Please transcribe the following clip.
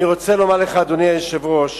אני רוצה לומר לך, אדוני היושב-ראש,